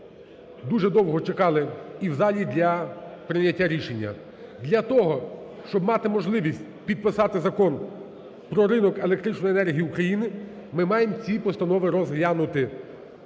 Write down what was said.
дуже довго чекали і в залі для прийняття рішення. Для того, щоб мати можливість підписати Закон про ринок електричної енергії України, ми маємо ці постанови розглянути.